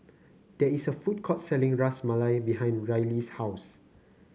there is a food court selling Ras Malai behind Rylee's house